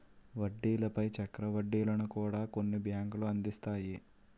వడ్డీల పై చక్ర వడ్డీలను కూడా కొన్ని బ్యాంకులు అందిస్తాయి